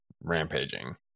rampaging